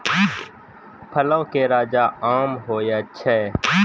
फलो के राजा आम होय छै